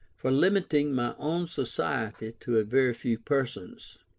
for limiting my own society to a very few persons.